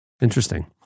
Interesting